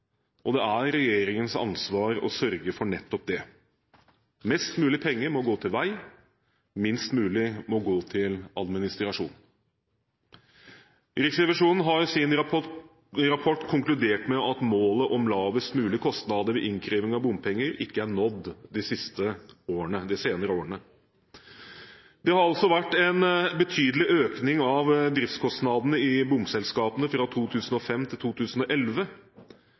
og det er regjeringens ansvar å sørge for nettopp det. Mest mulig penger må gå til vei, minst mulig må gå til administrasjon. Riksrevisjonen har i sin rapport konkludert med at målet om lavest mulig kostnader ved innkreving av bompenger ikke er nådd de senere årene. Det har altså vært en betydelig økning av driftskostnadene i bomselskapene fra 2005 til 2011.